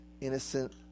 innocent